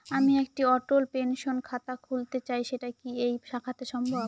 আমি একটি অটল পেনশন খাতা খুলতে চাই সেটা কি এই শাখাতে সম্ভব?